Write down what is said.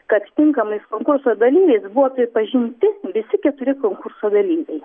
kad tinkamais konkurso dalyviais buvo pripažinti visi keturi konkurso dalyviai